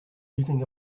eating